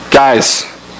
Guys